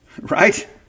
Right